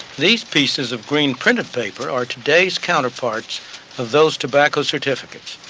these pieces of green printed-paper are today's counterparts of those tobacco certificates,